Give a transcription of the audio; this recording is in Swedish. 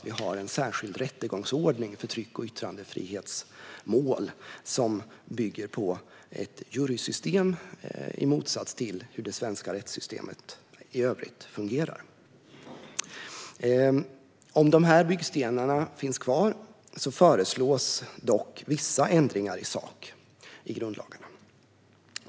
Vi har en särskild rättegångsordning för tryck och yttrandefrihetsmål som bygger på ett jurysystem i motsats till hur det svenska rättssystemet i övrigt fungerar. Om dessa byggstenar finns kvar föreslås dock vissa ändringar i sak i grundlagen.